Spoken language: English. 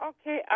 Okay